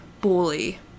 bully